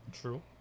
True